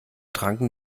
tranken